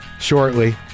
shortly